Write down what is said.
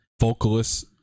vocalist